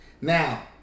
Now